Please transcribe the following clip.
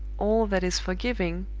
all that is forgiving,